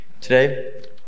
Today